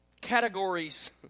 categories